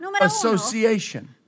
association